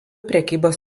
prekybos